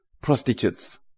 Prostitutes